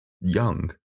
young